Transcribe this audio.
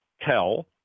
tell